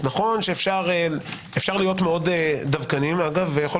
נכון שאפשר להיות מאוד דווקניים ויכול